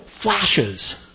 flashes